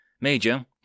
Major